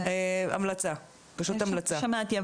שמעתי,